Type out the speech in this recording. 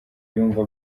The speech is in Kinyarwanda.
yumva